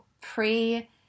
pre